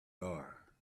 are